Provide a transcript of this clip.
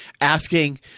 asking –